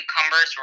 cucumbers